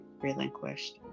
relinquished